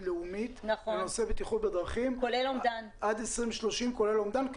לאומית בנושא בטיחות בדרכים עד 2030 כולל אומדן,